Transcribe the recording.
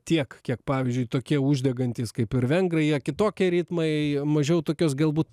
tiek kiek pavyzdžiui tokie uždegantys kaip ir vengrai jie kitokie ritmai mažiau tokios galbūt